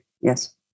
Yes